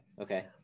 Okay